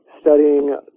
studying